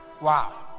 Wow